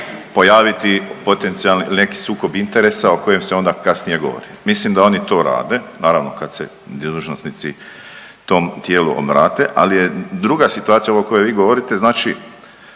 pojaviti potencijalni ili neki sukob interesa o kojem se onda kasnije govori. Mislim da oni to rade, naravno kad se dužnosnici tom tijelu obrate, ali je druga situacija ova o kojoj vi govorite, znači